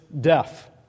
death